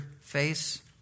face